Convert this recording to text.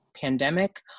pandemic